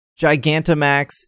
Gigantamax